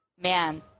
man